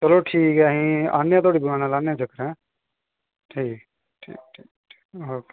चलो ठीक ऐ जी असें आन्ने आं थुआढ़े कोल लान्ने आं थुआढ़े कोल चक्कर ऐ ठीक ठीक ठीक ओके